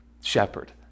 shepherd